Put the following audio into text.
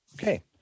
Okay